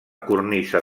cornisa